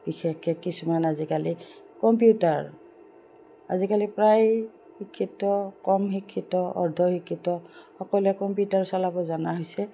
বিশেষকৈ কিছুমান আজিকালি কম্পিউটাৰ আজিকালি প্ৰায় শিক্ষিত কম শিক্ষিত অৰ্ধ শিক্ষিত সকলোৱে কম্পিউটাৰ চলাব জনা হৈছে